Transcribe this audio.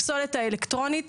הפסולת האלקטרונית,